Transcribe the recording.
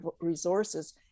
resources